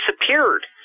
disappeared